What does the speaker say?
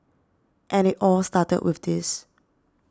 and it all started with this